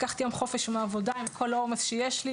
לקחתי יום חופש מהעבודה עם כל העומס שיש לי,